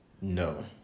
No